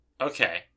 Okay